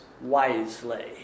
wisely